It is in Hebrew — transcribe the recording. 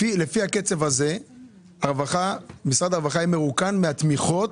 לפי הקצב הזה משרד הרווחה יהיה מרוקן מהתמיכות,